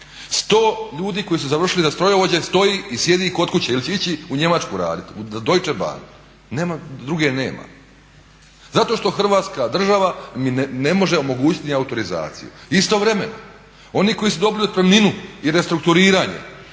100 ljudi koji su završili za strojovođe stoji i sjedi kod kuće ili će ići u Njemačku raditi Deutsche Bahn druge nema, zato što Hrvatska država im ne može omogućiti ni autorizaciju. Istovremeno oni koji su dobili otpremninu i restrukturiranje